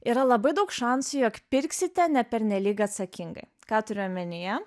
yra labai daug šansų jog pirksite ne pernelyg atsakingai ką turiu omenyje